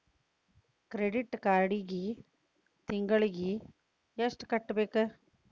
credit ಕಾರ್ಡಿಗಿ ತಿಂಗಳಿಗಿ ಎಷ್ಟ ಕಟ್ಟಬೇಕ